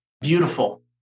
beautiful